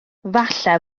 falle